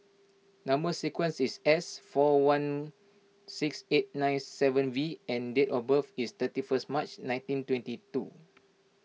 Number Sequence is S four one six eight nine seven V and date of birth is thirty first March nineteen twenty two